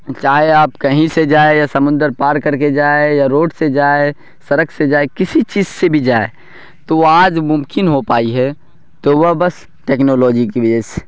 چاہے آپ کہیں سے جائے یا سمندر پار کر کے جائے یا روڈ سے جائے سڑک سے جائے کسی چیز سے بھی جائے تو وہ آج ممکن ہو پائی ہے تو وہ بس ٹیکنالوجی کی وجہ سے